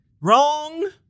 Wrong